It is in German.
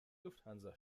lufthansa